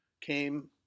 came